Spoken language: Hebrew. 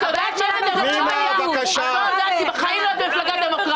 --- את לא יודעת כי בחיים לא היית במפלגה דמוקרטית.